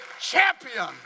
champion